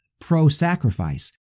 pro-sacrifice